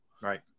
Right